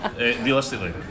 realistically